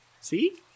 see